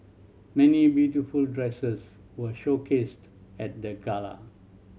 many beautiful dresses were showcased at the gala